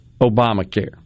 Obamacare